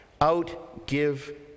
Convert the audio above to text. outgive